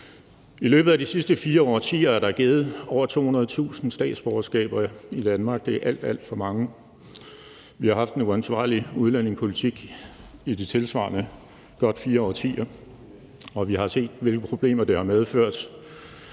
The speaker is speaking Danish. I løbet af de sidste fire årtier er der givet over 200.000 statsborgerskaber i Danmark, og det er alt, alt for mange. Vi har haft en uansvarlig udlændingepolitik i de tilsvarende godt fire årtier, og vi har set, hvilke problemer det har medført.